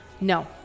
No